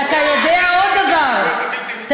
ואתה יודע עוד דבר, ארץ האפשרויות הבלתי-מוגבלות.